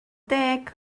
deg